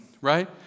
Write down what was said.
right